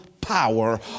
power